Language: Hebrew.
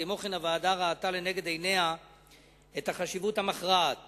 כמו כן, הוועדה ראתה לנגד עיניה את החשיבות המכרעת